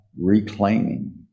reclaiming